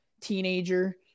teenager